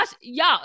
y'all